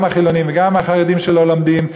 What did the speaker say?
גם החילונים וגם החרדים שלא לומדים,